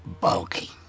bulky